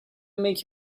make